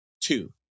two